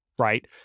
right